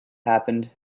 happened